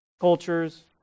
cultures